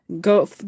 go